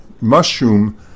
mushroom